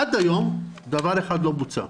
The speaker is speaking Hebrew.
עד היום דבר אחד לא בוצע.